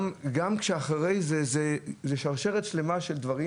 גם אחרי זה זו שרשרת שלמה של דברים